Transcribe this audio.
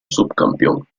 subcampeón